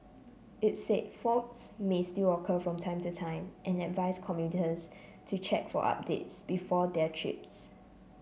it said faults may still occur from time to time and advise commuters to check for updates before their trips